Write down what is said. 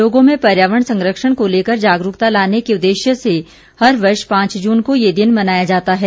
लोगों में पर्यावरण संरक्षण को लेकर जागरूकता लाने के उद्देश्य से हर वर्ष पांच जून को ये दिन मनाया जाता है